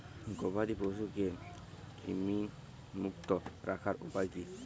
গবাদি পশুকে কৃমিমুক্ত রাখার উপায় কী?